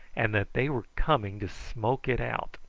and that they were coming to smoke it out.